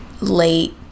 late